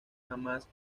jamás